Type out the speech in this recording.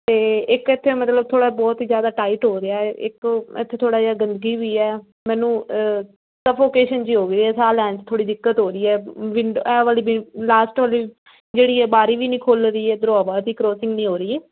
ਅਤੇ ਇੱਕ ਇੱਥੇ ਮਤਲਬ ਥੋੜ੍ਹਾ ਬਹੁਤ ਹੀ ਜ਼ਿਆਦਾ ਟਾਈਟ ਹੋ ਰਿਹਾ ਇੱਕ ਇੱਥੇ ਥੋੜ੍ਹਾ ਜਿਹਾ ਗੰਦਗੀ ਵੀ ਹੈ ਮੈਨੂੰ ਸਫੋਕੇਸ਼ਨ ਜਿਹੀ ਹੋ ਗਈ ਹੈ ਸਾਹ ਲੈਣ 'ਚ ਥੋੜ੍ਹੀ ਦਿੱਕਤ ਹੋ ਰਹੀ ਹੈ ਵਿੰਡ ਇਹ ਵਾਲੀ ਲਾਸਟ ਵਾਲੀ ਜਿਹੜੀ ਹੈ ਬਾਰੀ ਵੀ ਨਹੀਂ ਖੁੱਲ੍ਹ ਰਹੀ ਇੱਧਰੋਂ ਹਵਾ ਦੀ ਕਰੋਸਿੰਗ ਨਹੀਂ ਹੋ ਰਹੀ